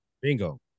bingo